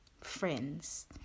friends